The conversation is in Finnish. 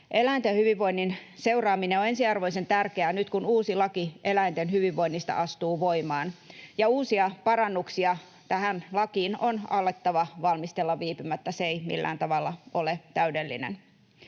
Eläinten hyvinvoinnin seuraaminen on ensiarvoisen tärkeää nyt, kun uusi laki eläinten hyvinvoinnista astuu voimaan, ja uusia parannuksia tähän lakiin on alettava valmistella viipymättä — se ei millään tavalla ole täydellinen.